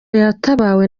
yatabawe